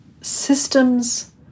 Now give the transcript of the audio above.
systems